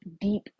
deep